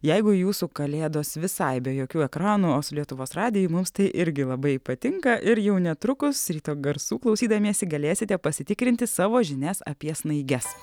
jeigu jūsų kalėdos visai be jokių ekranų o su lietuvos radiju mums tai irgi labai patinka ir jau netrukus ryto garsų klausydamiesi galėsite pasitikrinti savo žinias apie snaiges